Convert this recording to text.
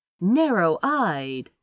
narrow-eyed